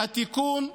התיקון,